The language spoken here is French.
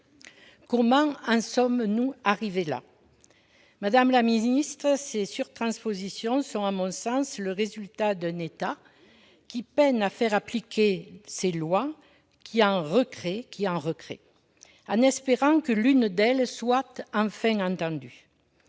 Comment en sommes-nous arrivés là ? Madame la secrétaire d'État, les surtranspositions sont, à mon sens, le résultat d'un État qui peine à faire appliquer ses lois et qui ne cesse d'en créer de nouvelles, en espérant que l'une d'elles soit enfin entendue.